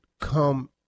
come